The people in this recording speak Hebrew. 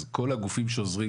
אז כל הגופים שעוזרים,